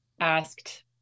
asked